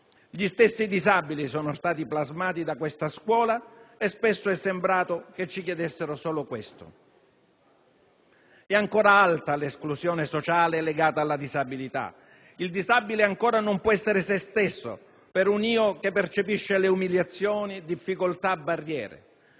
Gli stessi disabili sono stati plasmati da questa scuola e spesso è sembrato che ci chiedessero solo questo. È ancora alta l'esclusione sociale legata alla disabilità, il disabile ancora non può essere se stesso, per un "io" che percepisce umiliazioni, difficoltà, barriere.